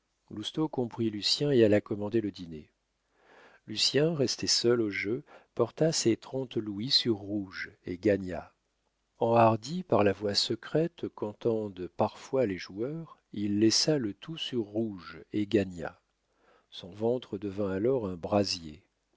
comprit lucien et alla commander le dîner lucien resté seul au jeu porta ses trente louis sur rouge et gagna enhardi par la voix secrète qu'entendent parfois les joueurs il laissa le tout sur rouge et gagna son ventre devint alors un brasier